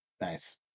Nice